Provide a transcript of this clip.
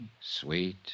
sweet